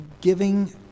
Giving